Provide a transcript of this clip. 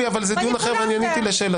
יוליה, אבל זה דיון אחר ואני עניתי לשאלתך.